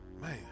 Man